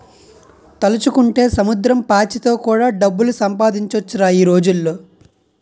తలుచుకుంటే సముద్రం పాచితో కూడా డబ్బులు సంపాదించొచ్చురా ఈ రోజుల్లో